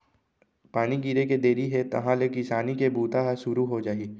पानी गिरे के देरी हे तहॉं ले किसानी के बूता ह सुरू हो जाही